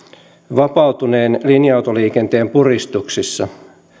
vapautuneen linja autoliikenteen puristuksissa